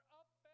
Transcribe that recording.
up